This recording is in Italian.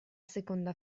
seconda